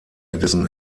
edison